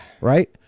Right